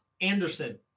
Anderson